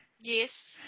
Yes